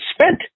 spent